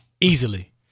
Easily